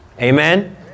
Amen